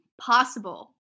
possible